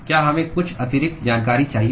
क्या हमें कुछ अतिरिक्त जानकारी चाहिए